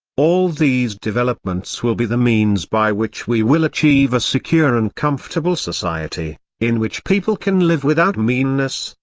all these developments will be the means by which we will achieve a secure and comfortable society, in which people can live without meanness,